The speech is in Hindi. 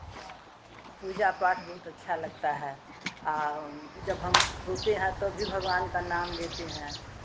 पूजा पाठ बहुत अच्छा लगता है जब हम सोते हैं तब भी भगवान का नाम लेते हैं